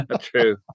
True